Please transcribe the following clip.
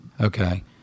okay